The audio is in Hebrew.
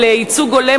של ייצוג הולם,